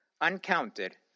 Uncounted